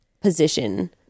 position